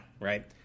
right